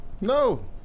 No